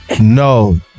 No